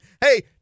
hey